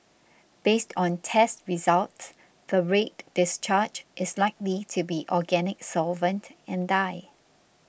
based on test results the red discharge is likely to be organic solvent and dye